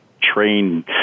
train